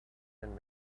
and